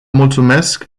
mulțumesc